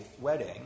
wedding